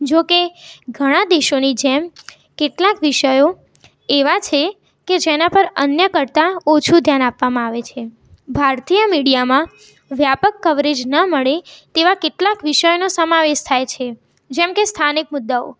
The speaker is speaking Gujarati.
જો કે ઘણા દેશોની જેમ કેટલાક વિષયો એવા છે કે જેના પર અન્ય કરતાં ઓછું ધ્યાન આપવામાં આવે છે ભારતીય મીડિયામાં વ્યાપક કવરેજ ન મળે તેવા કેટલાક વિષયોનો સમાવેશ થાય છે જેમ કે સ્થાનિક મુદ્દાઓ